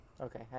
okay